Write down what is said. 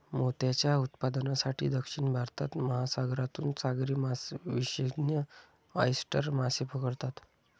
मोत्यांच्या उत्पादनासाठी, दक्षिण भारतात, महासागरातून सागरी मासेविशेषज्ञ ऑयस्टर मासे पकडतात